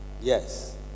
Yes